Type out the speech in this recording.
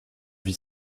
vit